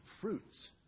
fruits